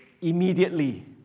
immediately